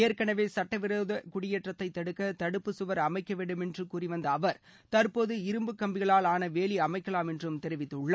ஏற்கனவே சுட்ட விரோத குடியேற்றத்தை தடுக்க தடுப்பு கவர் அமைக்க வேண்டும் என்று கூறிவந்த அவர் தற்போது இரும்பு கம்பிகளால் ஆன வேலி அமைக்கலாம் என்று தெரிவித்துள்ளார்